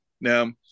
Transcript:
now